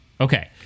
Okay